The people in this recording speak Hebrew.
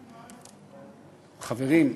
חברים.